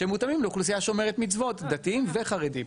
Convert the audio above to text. שמותאמים לאוכלוסייה שומרת מצוות, דתיים וחרדים.